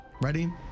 Ready